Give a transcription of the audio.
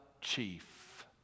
chief